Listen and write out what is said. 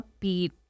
upbeat